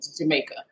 Jamaica